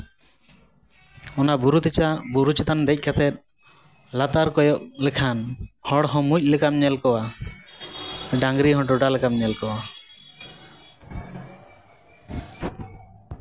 ᱚᱱᱟ ᱵᱩᱨᱩ ᱫᱮᱡᱚᱜ ᱵᱩᱨᱩ ᱪᱮᱛᱟᱱ ᱫᱮᱡ ᱠᱟᱛᱮ ᱞᱟᱛᱟᱨ ᱠᱚᱭᱚᱜ ᱞᱮᱠᱷᱟᱱ ᱦᱚᱲ ᱦᱚᱸ ᱢᱩᱸᱡ ᱞᱮᱠᱟᱢ ᱧᱮᱞ ᱠᱚᱣᱟ ᱰᱟᱝᱨᱤ ᱦᱚᱸ ᱰᱚᱰᱟ ᱞᱮᱠᱟᱢ ᱧᱮᱞ ᱠᱚᱣᱟ